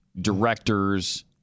directors